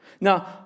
Now